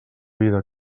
vida